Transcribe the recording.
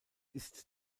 ist